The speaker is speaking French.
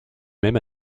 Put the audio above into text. même